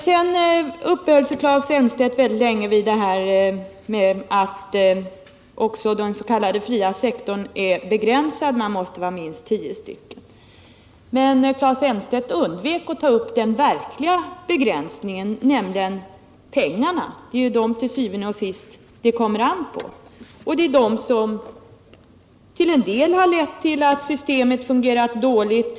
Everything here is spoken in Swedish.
Sedan uppehöll sig Claes Elmstedt väldigt länge vid det förhållandet att också dens.k. fria sektorn är begränsad, att man måste vara minst tio stycken inom resp. utbildningsgrupp. Men Claes Elmstedt undvek att ta upp den verkligt begränsande faktorn, nämligen pengarna. Det är dem det til syvende og sidst kommer an på och som till en del har lett till att systemet har fungerat dåligt.